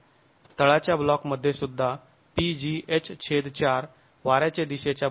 तळाच्या ब्लॉक मध्ये सुद्धा pgh4 वाऱ्याच्या दिशेच्या बाजूने pgh4 असेल